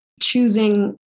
choosing